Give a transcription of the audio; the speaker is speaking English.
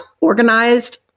organized